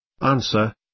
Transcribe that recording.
Answer